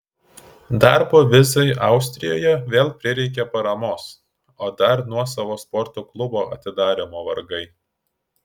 darbo vizai austrijoje vėl prireikė paramos o dar nuosavo sporto klubo atidarymo vargai